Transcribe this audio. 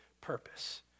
purpose